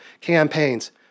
campaigns